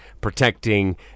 protecting